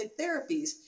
therapies